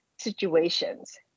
situations